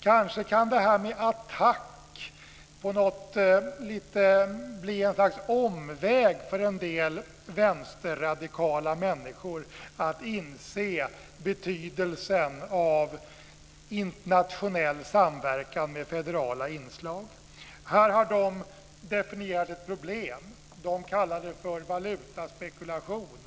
Detta med ATTAC kan kanske bli ett slags omväg för en del vänsterradikala människor att inse betydelsen av internationell samverkan med federala inslag. Här har de definierat ett problem. De kallar det för valutaspekulation.